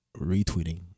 retweeting